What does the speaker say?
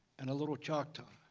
and a little choctaw,